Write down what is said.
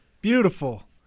beautiful